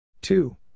Two